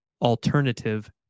alternative